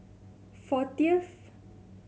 fortieth